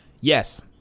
Yes